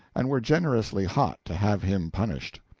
and were generously hot to have him punished.